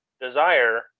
desire